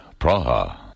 Praha